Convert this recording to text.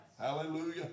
Hallelujah